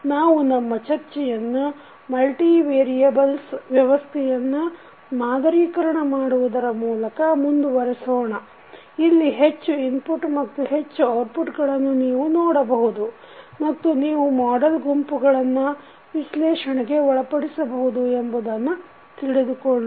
ನಾವು ನಮ್ಮ ಚರ್ಚೆಯನ್ನು ಮಲ್ಟಿ ವೇರಿಯಬಲ್ ವ್ಯವಸ್ಥೆಯನ್ನು ಮಾದರೀಕರಣ ಮಾಡುವುದರ ಮೂಲಕ ಮುಂದುವರೆಸೋಣ ಇಲ್ಲಿ ಹೆಚ್ಚು ಇನ್ಪುಟ್ ಮತ್ತು ಹೆಚ್ಚು ಔಟ್ಪುಟ್ ಗಳನ್ನು ನೀವು ನೋಡಬಹುದು ಮತ್ತು ನೀವು ಮಾಡೆಲ್ ಗುಂಪುಗಳನ್ನು ವಿಶ್ಲೇಷಣೆಗೆ ಒಳಪಡಿಸಬಹುದು ಎಂಬುದನ್ನು ತಿಳಿದುಕೊಳ್ಳೋಣ